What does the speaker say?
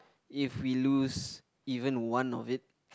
if we lose even one of it